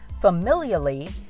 familially